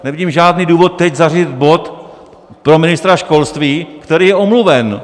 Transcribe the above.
Nevidím žádný důvod teď zařadit bod pro ministra školství, který je omluven.